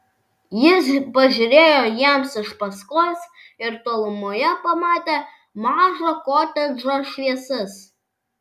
jis pažiūrėjo jiems iš paskos ir tolumoje pamatė mažo kotedžo šviesas